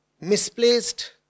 misplaced